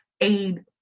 aid